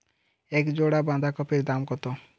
এক জোড়া বাঁধাকপির দাম কত?